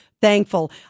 thankful